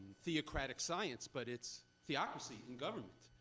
theocratic science, but it's theocracy in government.